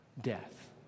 death